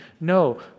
No